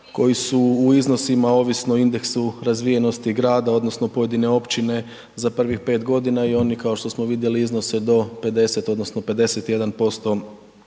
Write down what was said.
koji su u iznosima ovisno o indeksu razvijenosti grada odnosno pojedine općine za prvih 5 godina i oni kao što smo vidjeli iznose do 50 odnosno 51%